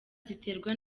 ziterwa